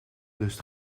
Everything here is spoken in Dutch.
lust